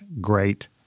great